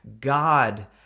God